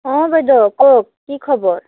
অঁ বাইদেউ কওক কি খবৰ